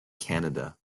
canada